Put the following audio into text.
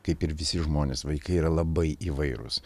kaip ir visi žmonės vaikai yra labai įvairūs